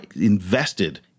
invested